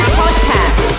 podcast